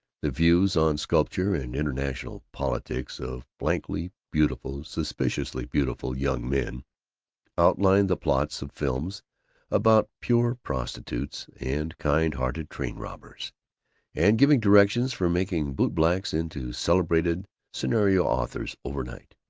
the views on sculpture and international politics of blankly beautiful, suspiciously beautiful young men outlining the plots of films about pure prostitutes and kind-hearted train-robbers and giving directions for making bootblacks into celebrated scenario authors overnight.